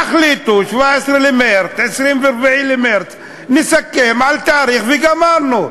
תחליטו, 17 במרס, 24 במרס, נסכם על תאריך וגמרנו.